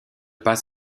pas